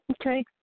Okay